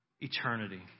eternity